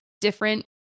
different